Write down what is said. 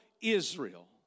Israel